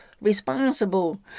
responsible